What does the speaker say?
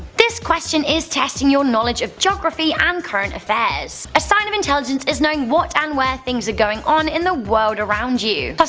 this question is testing your knowledge of geography and um current affairs. a sign of intelligence is knowing what and where things are going on in the world around you.